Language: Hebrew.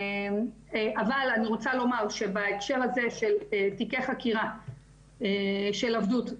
אבל אני רוצה לומר בהקשר הזה של תיקי חקירה של עבדות,